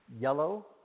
yellow